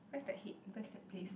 where's the head where's that place